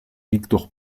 victor